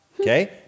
okay